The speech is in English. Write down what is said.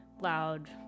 loud